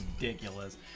ridiculous